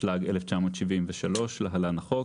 התשל"ג-1973 (להלן - החוק),